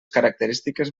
característiques